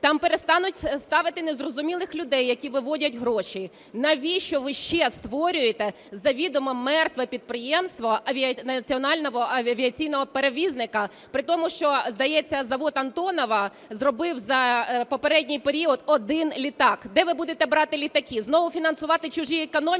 там перестануть ставити незрозумілих людей, які виводять гроші? Навіщо ви ще створюєте завідомо мертве підприємство – національного авіаційного перевізника? При тому, що, здається, завод "Антонов" зробив за попередній період один літак. Де ви будете брати літаки – знову фінансувати чужі економіки?